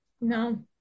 no